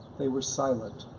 they were silent,